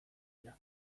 dira